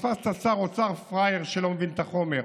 תפסת שר אוצר פראייר שלא מבין את החומר,